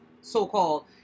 so-called